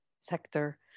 sector